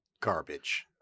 garbage